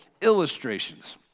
illustrations